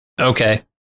Okay